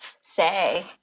say